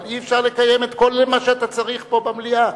אבל אי-אפשר לקיים את כל מה שאתה צריך פה במליאה.